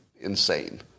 insane